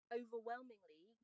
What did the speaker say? overwhelmingly